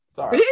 Sorry